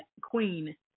Queen